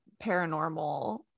paranormal